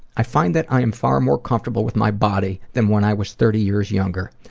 i find that i am far more comfortable with my body than when i was thirty years younger.